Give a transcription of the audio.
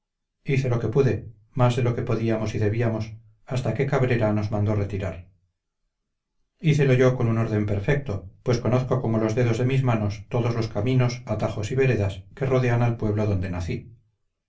hice lo que pude más de lo que podíamos y debíamos hasta que cabrera nos mandó retirar hícelo yo con un orden perfecto pues conozco como los dedos de mis manos todos los caminos atajos y veredas que rodean al pueblo donde nací